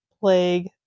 plague